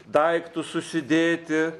daiktus susidėti